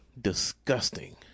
disgusting